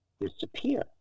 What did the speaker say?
disappear